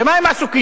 במה הם עסוקים?